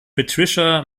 patricia